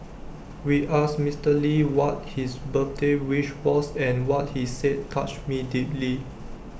we asked Mister lee what his birthday wish was and what he said touched me deeply